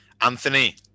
Anthony